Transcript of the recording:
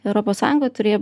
europos sąjunga turėjo